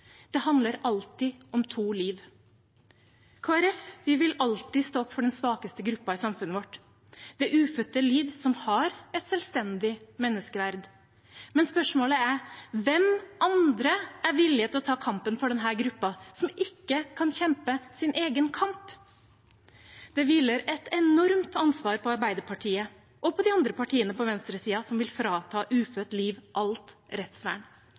Det handler alltid om to liv. Kristelig Folkeparti vil alltid stå opp for den svakeste gruppen i samfunnet vårt, det ufødte liv, som har et selvstendig menneskeverd. Men spørsmålet er: Hvem andre er villige til å ta kampen for denne gruppen, som ikke kan kjempe sin egen kamp? Det hviler et enormt ansvar på Arbeiderpartiet og på de andre partiene på venstresiden som vil frata ufødt liv alt rettsvern.